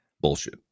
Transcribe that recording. Bullshit